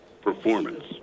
Performance